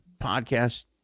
podcast